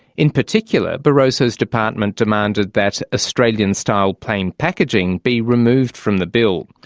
in particular barroso's department demanded that australian style plain packaging be removed from the bill,